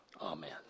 Amen